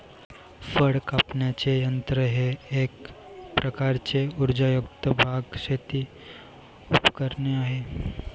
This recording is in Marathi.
फळ कापण्याचे यंत्र हे एक प्रकारचे उर्जायुक्त बाग, शेती उपकरणे आहे